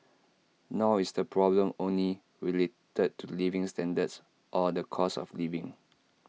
nor is the problem only related to living standards or the cost of living